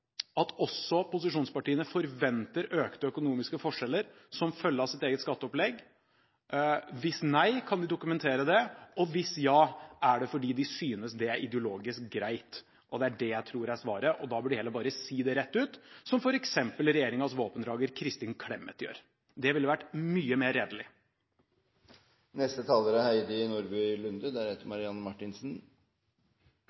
at også opposisjonspartiene forventer økte økonomiske forskjeller som følge av sitt eget skatteopplegg. Hvis nei, kan de dokumentere det? Hvis ja, er det fordi de synes det er ideologisk greit? Det er det jeg tror er svaret, og da bør de heller bare si det rett ut, slik som regjeringens våpendrager, Kristin Clemet, gjør. Det ville vært mye mer